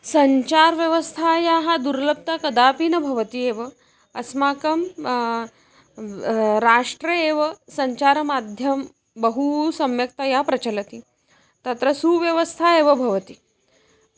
सञ्चारव्यवस्थायाः दुर्लभता कदापि न भवति एव अस्माकं राष्ट्रे एव सञ्चारमाध्यमं बहु सम्यक्तया प्रचलति तत्र सुव्यवस्था एव भवति